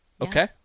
Okay